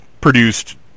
produced